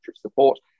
support